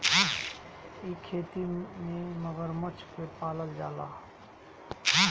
इ खेती में मगरमच्छ के पालल जाला